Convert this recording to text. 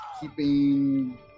keeping